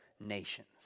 nations